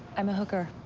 i'm a hooker.